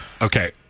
Okay